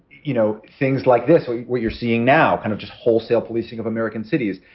you know things like this. what you're seeing now, kind of just wholesale policing of american cities.